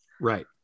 Right